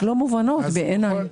לא מובנות בעיניי.